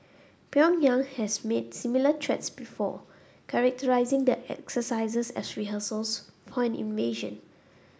Pyongyang has made similar threats before characterising the exercises as rehearsals for an invasion